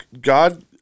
God